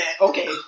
Okay